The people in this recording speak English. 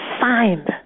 signed